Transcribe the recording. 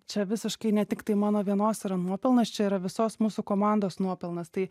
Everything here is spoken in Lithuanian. čia visiškai ne tiktai mano vienos yra nuopelnas čia yra visos mūsų komandos nuopelnas tai